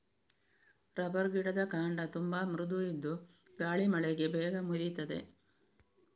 rubber ಗಿಡದ ಕಾಂಡ ತುಂಬಾ ಮೃದು ಇದ್ದು ಗಾಳಿ ಮಳೆಗೆ ಬೇಗ ಮುರೀತದೆ